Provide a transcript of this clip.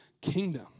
kingdom